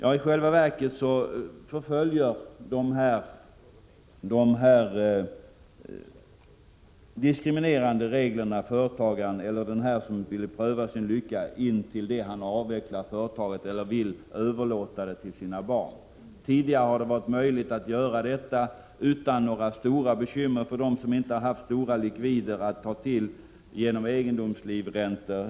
I själva verket förföljer de här diskriminerande reglerna den som vill pröva lyckan in till det han har avvecklat företaget eller vill överlåta det till sina barn. Tidigare var det möjligt att göra överlåtelser utan några större bekymmer för dem som inte haft stora likvider att ta till genom egendomslivräntor.